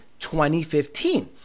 2015